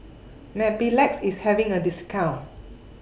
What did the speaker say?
Mepilex IS having A discount